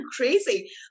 crazy